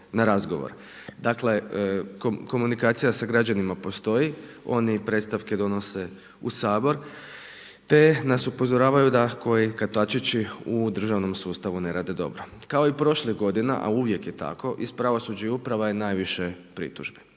Dakle, komunikacija sa građanima postoji, oni predstavke donose u Sabor te nas upozoravaju da koji kotačići u državnom sustavu ne rade dobro. Kao i prošlih godina a uvijek je tako iz pravosuđa i uprava je najviše pritužbi